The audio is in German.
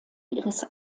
ihres